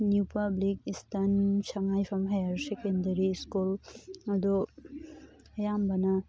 new public eastern Sangaiyumpham higher secondary school ꯑꯗꯣ ꯑꯌꯥꯝꯕꯅ